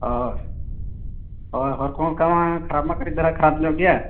ᱚᱻ ᱦᱚᱨᱠᱚᱢᱟ ᱚᱱᱠᱟᱢᱟ ᱠᱷᱟᱨᱟᱯ ᱢᱟ ᱠᱟᱹᱴᱤᱡ ᱫᱷᱟᱨᱟ ᱠᱷᱟᱨᱟᱯᱧᱚᱜ ᱜᱮᱭᱟ